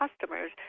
customers